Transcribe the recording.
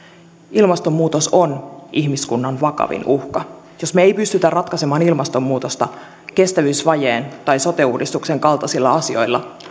ilmastonmuutos on ihmiskunnan vakavin uhka jos me emme pysty ratkaisemaan ilmastonmuutosta kestävyysvajeen tai sote uudistuksen kaltaisilla asioilla